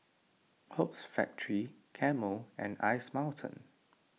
Hoops Factory Camel and Ice Mountain